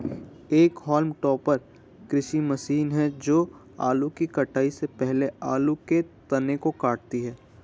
एक haulm topper कृषि मशीन है जो आलू की कटाई से पहले आलू के तनों को काटती है